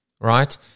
right